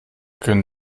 können